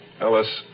Ellis